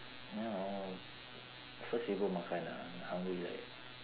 ya first we go makan ah I'm hungry like